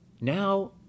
Now